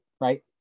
right